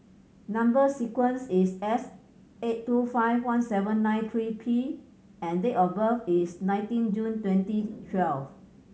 number sequence is S eight two five one seven nine three P and date of birth is nineteen June twenty twelve